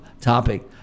topic